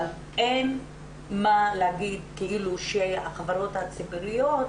אין מה להגיד כאילו שהחברות הציבוריות,